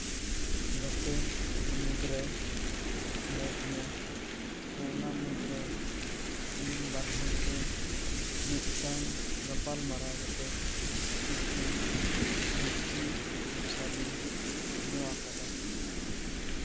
ᱜᱟᱛᱮ ᱠᱚ ᱢᱩᱫ ᱨᱮ ᱦᱮᱱᱟᱭ ᱛᱤᱧᱟᱹ ᱛᱚ ᱚᱱᱟ ᱢᱩᱫ ᱨᱮ ᱟᱹᱞᱤᱧ ᱵᱟᱨ ᱦᱚᱲ ᱛᱮ ᱢᱤᱫᱴᱟᱝ ᱜᱟᱯᱟᱞᱢᱟᱨᱟᱣ ᱠᱟᱛᱮᱫ ᱢᱤᱫᱴᱤᱱ ᱥᱚᱵᱡᱤ ᱵᱮᱵᱥᱟ ᱞᱤᱧ ᱠᱷᱩᱞᱟᱹᱣ ᱟᱠᱟᱫᱟ